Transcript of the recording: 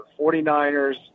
49ers